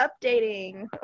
updating